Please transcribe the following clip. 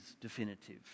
definitive